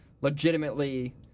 legitimately